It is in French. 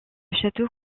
château